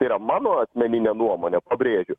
tai yra mano asmeninė nuomonė pabrėžiu